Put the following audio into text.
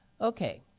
Okay